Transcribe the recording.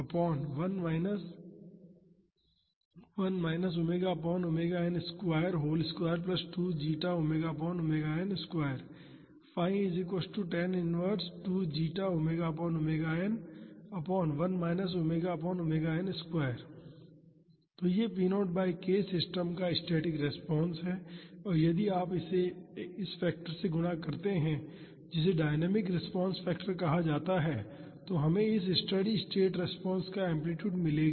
x x0 𝜙 तो यह p0 by k system का स्टैटिक रिस्पांस है और यदि आप इसे इस फैक्टर से गुणा करते हैं जिसे डायनामिक रिस्पांस फैक्टर कहा जाता है तो हमें इस स्टेडी स्टेट रिस्पांस का एम्पलीटूड मिलेगा